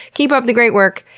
keep up the great work.